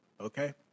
Okay